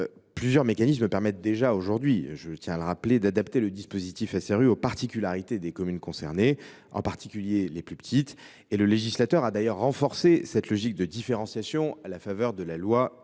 plusieurs mécanismes permettent déjà d’adapter le dispositif SRU aux particularités des communes concernées, en particulier les plus petites. Le législateur a d’ailleurs renforcé cette logique de différenciation à la faveur de la loi du